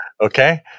Okay